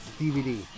DVD